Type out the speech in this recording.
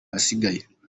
ahasigaye